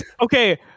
okay